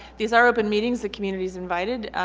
these are open meetings the community is invited.